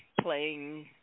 playing